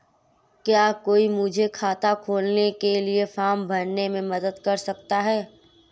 क्या कोई मुझे खाता खोलने के लिए फॉर्म भरने में मदद कर सकता है?